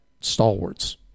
stalwarts